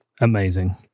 Amazing